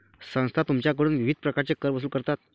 संस्था तुमच्याकडून विविध प्रकारचे कर वसूल करतात